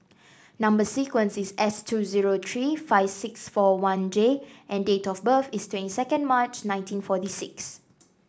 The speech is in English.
number sequence is S two zero three five six four one J and date of birth is twenty second March nineteen forty six